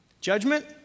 Judgment